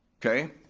okay,